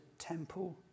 temple